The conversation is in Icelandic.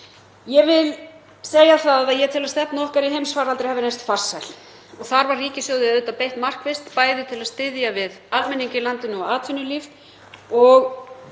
almennings. Ég tel að stefna okkar í heimsfaraldri hafi reynst farsæl og þar var ríkissjóði auðvitað beitt markvisst, bæði til að styðja við almenning í landinu og atvinnulíf.